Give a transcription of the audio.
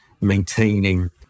maintaining